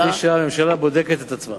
לפי שעה הממשלה בודקת את עצמה.